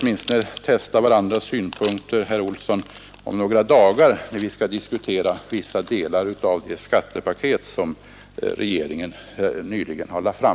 Men vi kan ju testa varandras synpunkter, herr Olsson, om några dagar när vi skall diskutera det skattepaket som regeringen nyligen lagt fram.